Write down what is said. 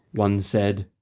one said,